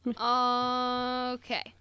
Okay